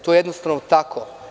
To je jednostavno tako.